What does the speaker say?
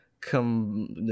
come